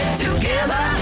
together